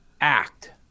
act